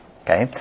Okay